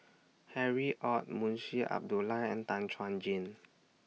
Harry ORD Munshi Abdullah and Tan Chuan Jin